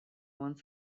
one